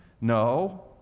no